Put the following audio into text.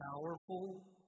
powerful